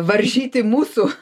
varžyti mūsų